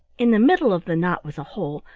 in the middle of the knot was a hole,